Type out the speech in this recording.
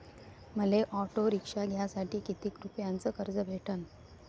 मले auto rickshaw घ्यासाठी कितीक रुपयाच कर्ज भेटनं?